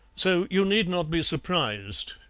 so you need not be surprised,